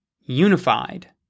unified